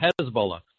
Hezbollah